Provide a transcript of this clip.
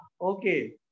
Okay